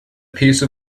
piece